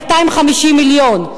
250 מיליון.